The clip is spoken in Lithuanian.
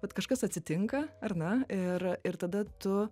vat kažkas atsitinka ar na ir ir tada tu